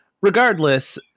Regardless